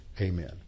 Amen